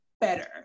better